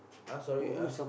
ah sorry ah